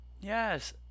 Yes